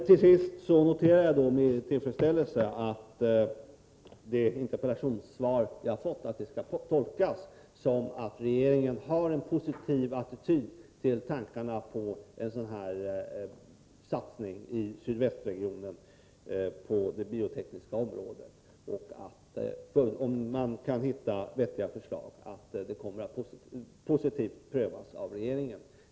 Till sist noterar jag med tillfredsställelse att interpellationssvaret får tolkas så, att regeringen har en positiv attityd till tankarna på en satsning i sydvästregionen inom det biotekniska området och att, om man kan komma " fram till vettiga förslag, dessa kommer att positivt prövas av regeringen.